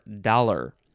dollar